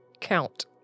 count